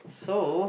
so